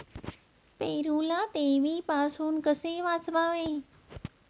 पेरूला देवीपासून कसे वाचवावे?